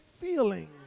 feeling